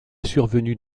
survenue